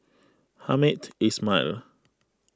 Hamed Ismail